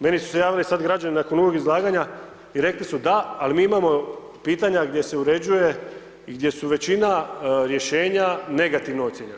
Meni su se javili sad građani nakon uvodnog izlaganja i rekli su da ali mi imamo pitanja gdje se uređuje i gdje su većina rješenja negativno ocjenjena.